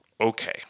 okay